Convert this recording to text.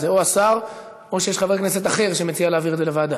זה או השר או שיש חבר כנסת אחר שמציע להעביר את זה לוועדה.